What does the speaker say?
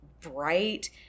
bright